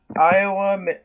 Iowa –